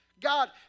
God